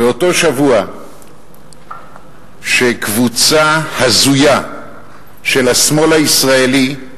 באותו שבוע שקבוצה הזויה של השמאל הישראלי,